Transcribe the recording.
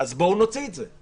אז בואו נוציא את זה.